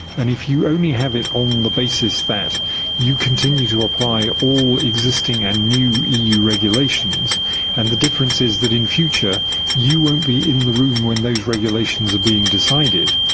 and if you only have it on the basis that you continue to apply all existing and new eu regulations and the difference is that in future you won't be in the room when those regulations are being decided,